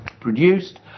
produced